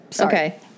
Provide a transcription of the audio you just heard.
okay